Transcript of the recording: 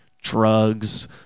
drugs